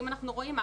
אם אנחנו רואים,